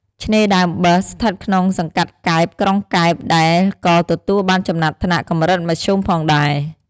ឆ្នេរដើមបើស ស្ថិតនៅក្នុងសង្កាត់កែប ក្រុងកែប ដែលក៏ទទួលបានចំណាត់ថ្នាក់ "កម្រិតមធ្យម" ផងដែរ។